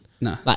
No